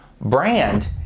Brand